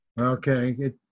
Okay